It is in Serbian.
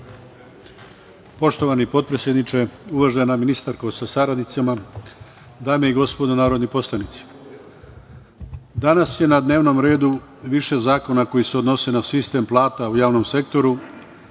Poštovani potpredsedniče, uvažena ministarko sa saradnicama, dame i gospodo narodni poslanici, danas je na dnevnom redu više zakona koji se odnose na sistem plata u javnom sektoru,